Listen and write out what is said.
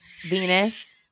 Venus